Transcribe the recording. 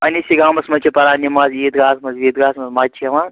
پننِسٕے گامس منٛز چھِ پَران نیٚماز عیٖد گاہس منٛز ویٖد گاہس منٛز مَزٕ چھُ یِوان